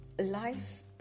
Life